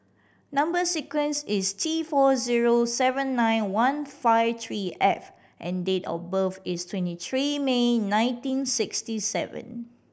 number sequence is T four zero seven nine one five three F and date of birth is twenty three May nineteen sixty seven